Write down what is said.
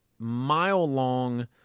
mile-long